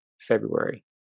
February